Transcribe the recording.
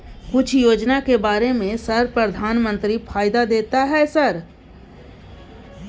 कुछ योजना के बारे में सर प्रधानमंत्री फायदा देता है सर?